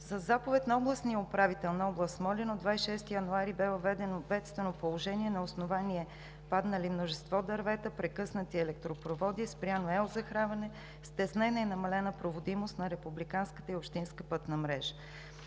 Със заповед на областния управител на област Смолян от 26 януари 2019 г. бе въведено бедствено положение на основание паднали множество дървета, прекъснати електропроводи, спряно ел. захранване, стеснена и намалена проводимост на републиканската и общинската пътна мрежа.